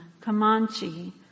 Comanche